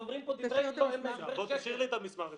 דוברים פה דברי --- תשאיר לי את המסמך.